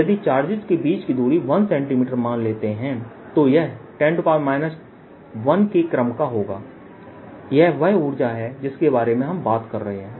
यदि चार्जेस की बीच की दूरी 1 सेंटीमीटर मान लेते हैं तो यह 10 1 के क्रम का होगा यह वह ऊर्जा है जिसके बारे में हम बात कर रहे हैं